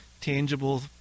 tangible